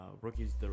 Rookies